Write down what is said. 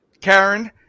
Karen